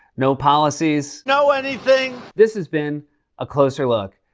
no policies. no anything. this has been a closer look.